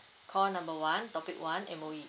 call number one topic one M_O_E